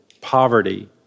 poverty